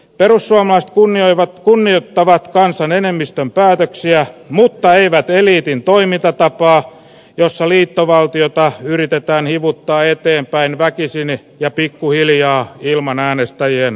perussuomaiset kunniaevä kunnioittavat kansan enemmistön päätöksiä mutta eivät eliitin toimintatapaa jossa liittovaltiota yritetään hivuttaa eteenpäin väkisin läpi huilia ilman äänestäjien